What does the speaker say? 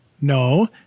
No